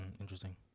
Interesting